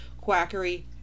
quackery